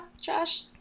Josh